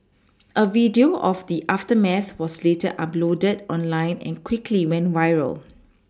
a video of the aftermath was later uploaded online and quickly went viral